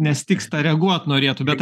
nestygsta reaguot norėtų bet